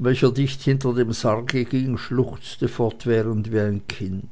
welcher dicht hinter dem sarge ging schluchzte fortwährend wie ein kind